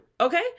okay